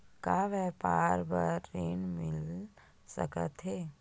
का व्यापार बर ऋण मिल सकथे?